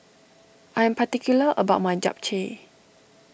I am particular about my Japchae